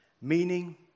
meaning